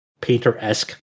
painter-esque